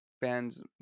bands